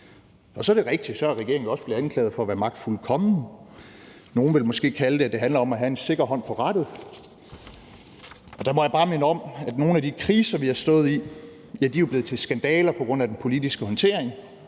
Så er det rigtigt, at regeringen også er blevet anklaget for at være magtfuldkommen. Nogle vil måske kalde det at have en sikker hånd på rattet. Og der må jeg bare minde om, at nogle af de kriser, vi har stået i, jo er blevet til skandaler på grund af den politiske håndtering.